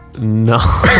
no